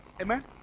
Amen